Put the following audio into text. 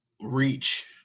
reach